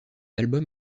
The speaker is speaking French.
album